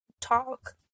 talk